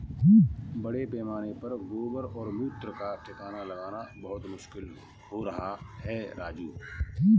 बड़े पैमाने पर गोबर और मूत्र का ठिकाना लगाना बहुत मुश्किल हो रहा है राजू